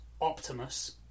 Optimus